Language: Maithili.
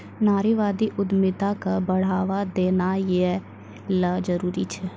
नारीवादी उद्यमिता क बढ़ावा देना यै ल जरूरी छै